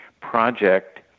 project